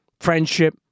friendship